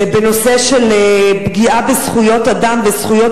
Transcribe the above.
בנושא של פגיעה בזכויות אדם וזכויות